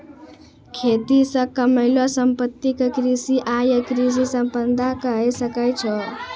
खेती से कमैलो संपत्ति क कृषि आय या कृषि संपदा कहे सकै छो